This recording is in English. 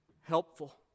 helpful